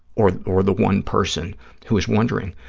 or or the one person who is wondering,